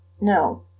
No